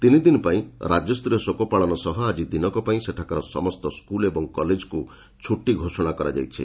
ତିନିଦିନ ପାଇଁ ରାଜ୍ୟସ୍ତରୀୟ ଶୋକ ପାଳନ ସହ ଆଜି ଦିନକ ପାଇଁ ସେଠାକାର ସମସ୍ତ ସ୍କୁଲ୍ ଓ କଲେଜକୁ ଛୁଟି ଘୋଷଣା କରାଯାଇଛି